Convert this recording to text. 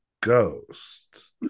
ghost